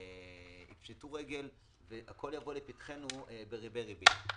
יפשטו רגל והכול יבוא לפתחנו בריבי ריבית.